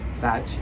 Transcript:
batch